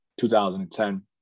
2010